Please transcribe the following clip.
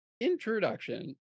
introduction